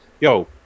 Yo